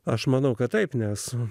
aš manau kad taip nes